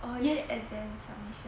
got any exam submissions